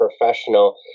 professional